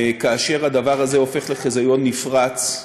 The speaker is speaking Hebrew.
כאשר הדבר הזה הופך לחיזיון נפרץ,